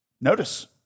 Notice